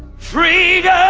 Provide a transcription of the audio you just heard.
freedom.